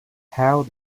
how